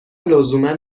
لزوما